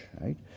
right